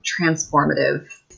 transformative